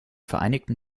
vereinigten